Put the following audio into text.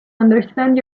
understand